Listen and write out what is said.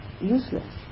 useless